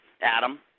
Adam